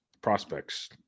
prospects